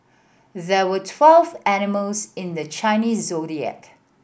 there were twelve animals in the Chinese Zodiac